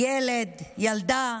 ילד, ילדה,